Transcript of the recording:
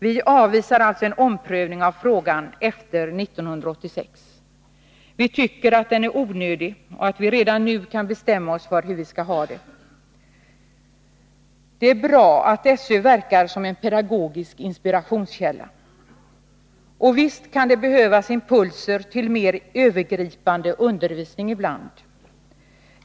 Vi avvisar alltså förslaget om en omprövning av frågan efter 1986. Vi tycker att en sådan är onödig och att vi redan nu kan bestämma oss för hur vi skall ha det. Det är bra att SÖ verkar som en pedagogisk inspirationskällla. Visst kan det behövas impulser till mer övergripande undervisning ibland.